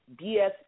BS